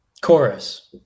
Chorus